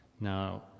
now